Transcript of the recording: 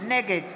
נגד